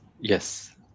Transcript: Yes